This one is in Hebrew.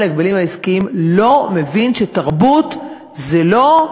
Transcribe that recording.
ההגבלים העסקיים לא מבין שתרבות זה לא,